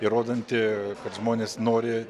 įrodanti kad žmonės nori